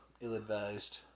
Ill-advised